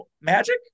Magic